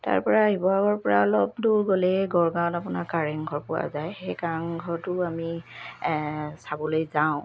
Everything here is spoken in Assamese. তাৰ পৰা শিৱসাগৰ পৰা অলপ দূৰ গ'লেই গড়গাঁৱত আপোনাৰ কাৰেংঘৰ পোৱা যায় সেই কাৰেংঘৰটো আমি চাবলৈ যাওঁ